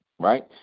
right